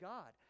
God